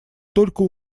только